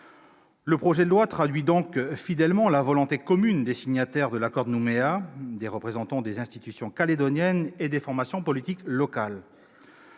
venir. Ce texte traduit par conséquent fidèlement la volonté commune des signataires de l'accord de Nouméa, des représentants des institutions calédoniennes et des formations politiques locales.